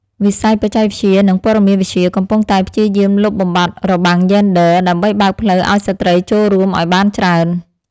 វិស័យបច្ចេកវិទ្យានិងព័ត៌មានវិទ្យាកំពុងតែព្យាយាមលុបបំបាត់របាំងយេនឌ័រ ដើម្បីបើកផ្លូវឱ្យស្ត្រីចូលរួមឱ្យបានច្រើន។